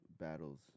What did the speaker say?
battles